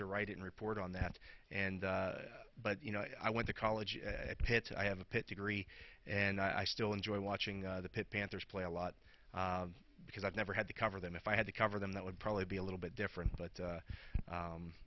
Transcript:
to write and report on that and but you know i went to college at pitt i have a pit degree and i still enjoy watching the pitt panthers play a lot because i've never had to cover them if i had to cover them that would probably be a little bit different but